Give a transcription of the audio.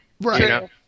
Right